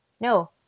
No